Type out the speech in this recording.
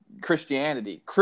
Christianity